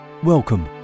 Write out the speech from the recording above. Welcome